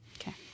Okay